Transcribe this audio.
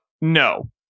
no